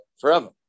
forever